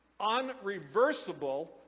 unreversible